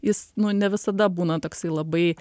jis nu ne visada būna toksai labai